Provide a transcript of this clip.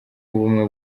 w’ubumwe